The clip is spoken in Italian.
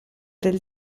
del